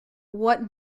what